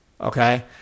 Okay